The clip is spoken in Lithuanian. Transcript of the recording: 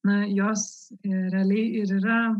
na jos realiai ir yra